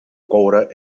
coure